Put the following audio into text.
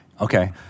Okay